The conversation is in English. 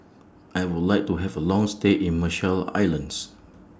I Would like to Have A Long stay in Marshall Islands